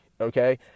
okay